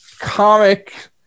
comic